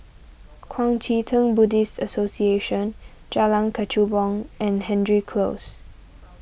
Kuang Chee Tng Buddhist Association Jalan Kechubong and Hendry Close